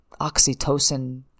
oxytocin